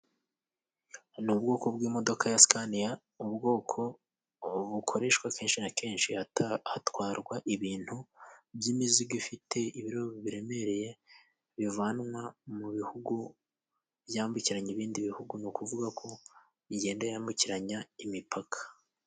Ni ubwoko bw'imodoka ya sikaniya ubwoko bukoreshwa kenshi na kenshi hatwarwa ibintu by'imizigo ifite ibiro biremereye bivanwa mu bihugu byambukiranya ibindi bihugu ni ukuvuga ko igenda yambukiranya imipaka.